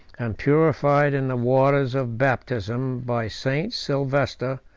and purified in the waters of baptism, by st. silvester,